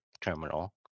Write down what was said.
Terminal